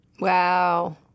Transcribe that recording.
Wow